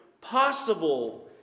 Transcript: possible